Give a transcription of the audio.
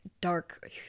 dark